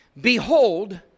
Behold